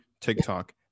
TikTok